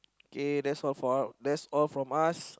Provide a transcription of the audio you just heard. K that's all for our that's all from us